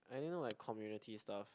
I don't know like community stuff